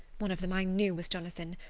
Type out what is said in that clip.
one of them i knew was jonathan,